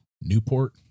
Newport